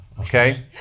okay